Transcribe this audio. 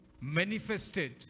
manifested